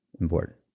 Important